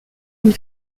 une